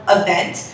event